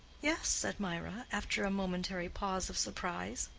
yes, said mirah, after a momentary pause of surprise.